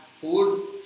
food